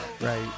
Right